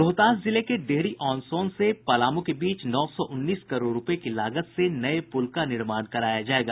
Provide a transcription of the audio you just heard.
रोहतास जिले के डेहरी ऑन सोन से पलामू के बीच नौ सौ उन्नीस करोड़ रूपये की लागत से नये पुल का निर्माण कराया जायेगा